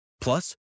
Plus